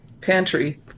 pantry